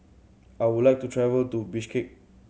I would like to travel to Bishkek